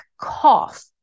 cough